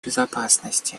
безопасности